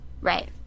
Right